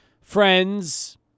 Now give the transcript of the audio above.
friends